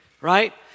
right